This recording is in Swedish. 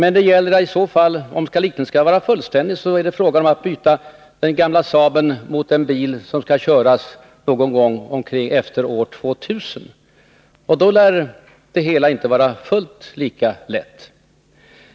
Om liknelsen skall vara fullständig är det emellertid fråga om att byta den gamla Saaben mot en bil som skall köras någon gång efter år 2000, och då lär det hela inte vara fullt lika lätt.